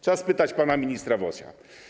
Trzeba spytać pana ministra Wosia.